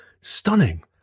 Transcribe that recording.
stunning